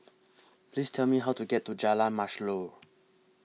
Please Tell Me How to get to Jalan Mashhor